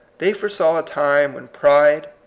they foresaw a time when pride,